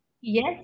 yes